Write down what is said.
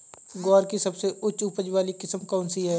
ग्वार की सबसे उच्च उपज वाली किस्म कौनसी है?